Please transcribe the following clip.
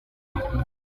inshuro